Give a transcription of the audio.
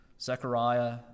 Zechariah